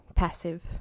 Passive